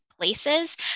places